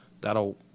that'll